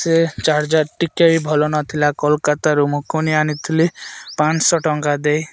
ସେ ଚାର୍ଜର ଟିକେ ବି ଭଲ ନଥିଲା କୋଲକାତାରୁ ମୁଁ କିଣି ଆଣିଥିଲି ପାଁଶହ ଟଙ୍କା ଦେଇ